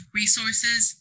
resources